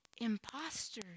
imposters